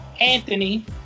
Anthony